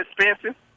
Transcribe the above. expensive